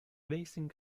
racing